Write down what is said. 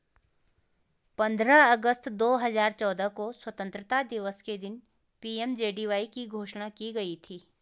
पंद्रह अगस्त दो हजार चौदह को स्वतंत्रता दिवस के दिन पी.एम.जे.डी.वाई की घोषणा की गई थी